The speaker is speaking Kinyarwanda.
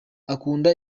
akunda